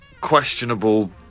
questionable